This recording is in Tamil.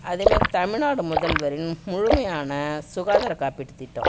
அதேமாதிரி தமிழ்நாடு முதல்வரின் முழுமையான சுகாதார காப்பீட்டுத் திட்டம்